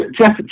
Jeff